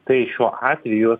tai šiuo atveju